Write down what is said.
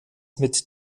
mit